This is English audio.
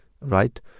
right